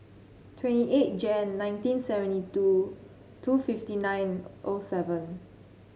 twenty eight Jan nineteen seventy two two fifty nine O seven